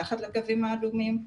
נמצאים מתחת לקווים האדומים,